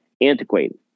antiquated